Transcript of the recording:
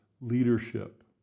leadership